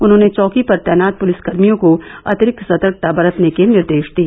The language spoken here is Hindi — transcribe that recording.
उन्होंने चौकी पर तैनात पुलिसकर्मियों को अतिरिक्त सतर्कता बरतने के निर्देश दिए